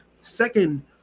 second